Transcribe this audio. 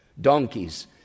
Donkeys